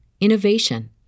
innovation